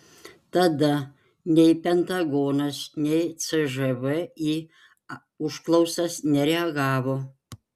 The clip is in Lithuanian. tada nei pentagonas nei cžv į užklausas nereagavo